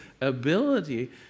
ability